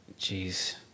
Jeez